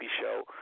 show